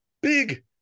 Big